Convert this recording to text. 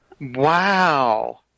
Wow